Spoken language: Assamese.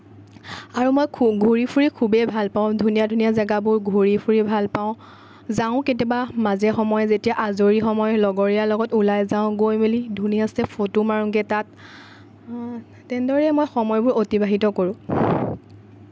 আৰু মই ফু ঘূৰি ফুৰি খুবেই ভাল পাওঁ ধুনীয়া ধুনীয়া জাগাবোৰ ঘূৰি ফুৰি ভাল পাওঁ যাওঁ কেতিয়াবা মাজে সময়ে যেতিয়া আজৰি সময়ত লগৰীয়া লগত ওলাই যাওঁ গৈ মেলি ধুনীয়াকে ফটো মাৰোঁগে তাত তেনেদৰেই মই সময়বোৰ অতিবাহিত কৰোঁ